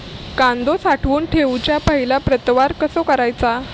कांदो साठवून ठेवुच्या पहिला प्रतवार कसो करायचा?